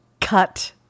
cut